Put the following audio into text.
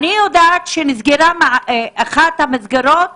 אני יודעת שנסגרה אחת המסגרות